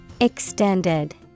EXTENDED